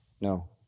No